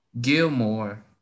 Gilmore